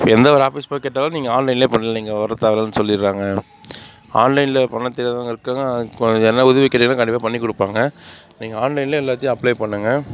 எந்த ஒரு ஆஃபிஸ் போய் கேட்டாலும் நீங்கள் ஆன்லைன்லேயே பண்ணலாம் இங்கே வரத் தேவையில்லனு சொல்லிடுறாங்க ஆன்லைனில் பண்ண தெரியாதவங்களுக்கலாம் இப்போ யார் உதவி கேட்டீங்கன்னா கண்டிப்பாக பண்ணிக்கொடுப்பாங்க நீங்கள் ஆன்லைன்லேயே எல்லாத்தையும் அப்ளை பண்ணுங்க